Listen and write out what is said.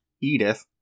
Edith